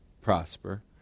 prosper